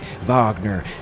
Wagner